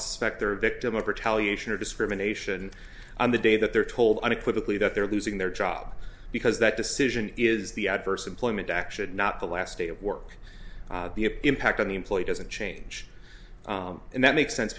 specter a victim of retaliation or discrimination on the day that they're told unequivocally that they're losing their job because that decision is the adverse employment action not the last day of work the impact on the employee doesn't change and that makes sense